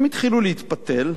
הם התחילו להתפתל.